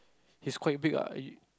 he's quite big ah he